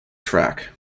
track